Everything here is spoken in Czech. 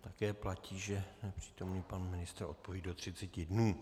Také platí, že nepřítomný pan ministr odpoví do třiceti dnů.